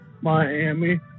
Miami